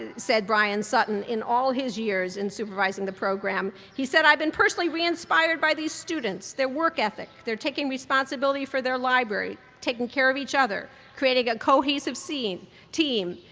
and said brian sutton, in all his years in supervising the program. he said, i've been personally re-inspired by these students, their work ethic, their taking responsibility for their library, taking care of each other, creating a cohesive team.